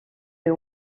you